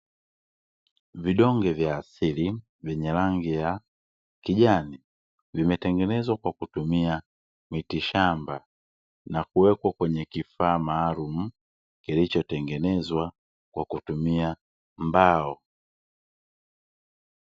Vidonge vya asili vyenye rangi ya kijani vimetengenezwa kwa kutumia mitishamba na kuwekwa kwenye kifaa maalumu kilichotengenezwa kwa kutumia mbao.